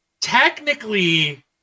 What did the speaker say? technically